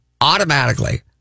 automatically